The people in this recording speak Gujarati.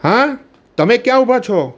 હા તમે ક્યાં ઉભા છો